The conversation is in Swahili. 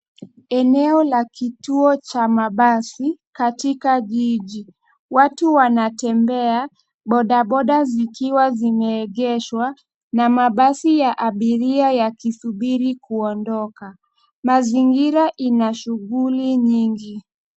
Eneo la kituo cha mabasi katika jiji. Watu wanatembea bodaboda zikiwa zimeegeshwa na mabasi ya abiria yakisubiri kuondoka. Mazingira ina shuguli nyingi.